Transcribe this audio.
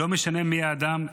לא משנה מי האדם,